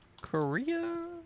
Korea